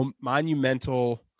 monumental